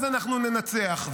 אז אנחנו ננצח.